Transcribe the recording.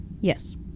Yes